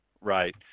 right